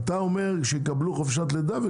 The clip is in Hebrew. אתה אומר שיקבלו חופשת לידה,